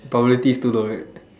probability is too low right